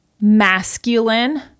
masculine